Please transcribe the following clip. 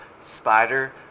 spider